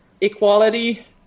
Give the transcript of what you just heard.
equality